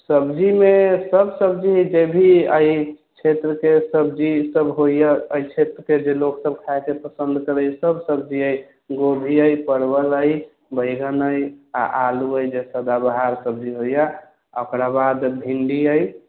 सब्जीमे सब सब्जी जे भी एहि क्षेत्रके सब्जी सब होइए एहि क्षेत्रके जे लोक सब खाएके पसन्द करैए सब सब्जी अछि गोभी अछि परवल अछि बैगन अछि आ आलू अछि जे सदाबहार सब्जी होइए आ ओकरा बाद भिन्डी अछि